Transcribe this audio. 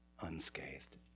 unscathed